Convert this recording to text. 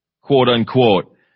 quote-unquote